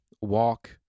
Walk